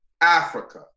Africa